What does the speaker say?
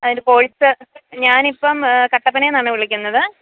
അതിന്റെ കോഴ്സ് ഞാനിപ്പോള് കട്ടപ്പനയില്നിന്നാണ് വിളിക്കുന്നത്